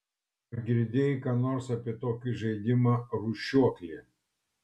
ar girdėjai ką nors apie tokį žaidimą rūšiuoklė